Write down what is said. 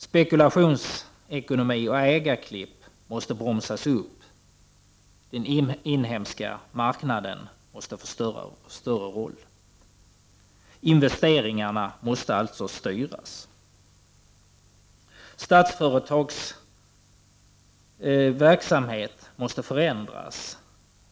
Spekulationsekonomi och ägarklipp måste bromsas upp. Den inhemska marknaden måste få en större roll. Investeringarna måste alltså styras. Statsföretagens verksamhet måste förändras. Den måste inriktas mer på — Prot.